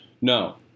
No